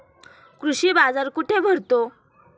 कृषी बाजार कुठे भरतो?